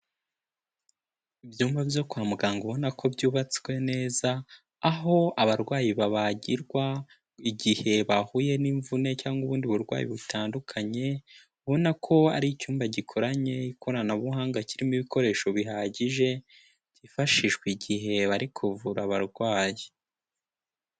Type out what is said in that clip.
Ibyumba byo kwa muganga ubona ko byubatswe neza aho abarwayi babagirwa igihe bahuye n'imvune cyangwa ubundi burwayi butandukanye, babona ko ari icyumba gikoranye ikoranabuhanga kirimo ibikoresho bihagije byifashishwa igihe bari kuvura abarwayi.